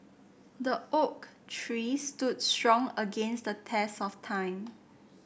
the oak tree stood strong against the test of time